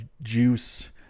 juice